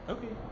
Okay